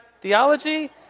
theology